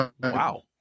Wow